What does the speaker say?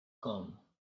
come